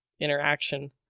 interaction